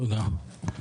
תודה.